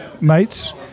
mates